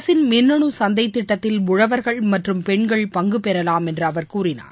அரசின் மின்னணுசந்தைதிட்டத்தில் உழவர்கள் மற்றும் பெண்கள் பங்குபெறலாம் என்றுஅவர் கூறினார்